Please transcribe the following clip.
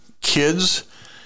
kids